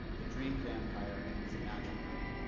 the dream vampire is imaginary,